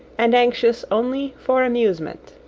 and anxious only for amusement.